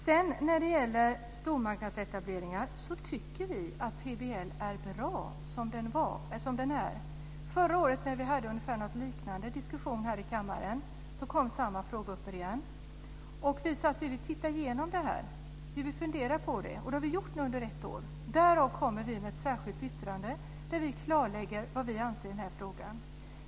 När det sedan gäller stormarknadsetableringar tycker vi att PBL är bra som den är. När vi förra året hade en liknande diskussion här i kammaren kom samma fråga upp. Vi sade då att vi ville fundera på detta, och det har vi nu gjort under ett år. Det har lett till ett särskilt yttrande där vi klarlägger vad vi anser i frågan.